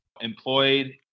employed